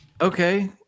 Okay